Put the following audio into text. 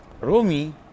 Rumi